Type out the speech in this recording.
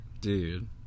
Dude